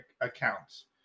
accounts